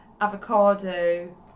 avocado